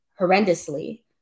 horrendously